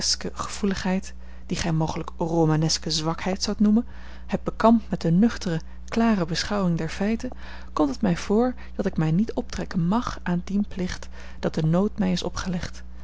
chevalereske gevoeligheid die gij mogelijk romaneske zwakheid zoudt noemen heb bekampt met de nuchtere klare beschouwing der feiten komt het mij voor dat ik mij niet onttrekken mag aan dien plicht en dat de nood mij is opgelegd